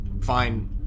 Fine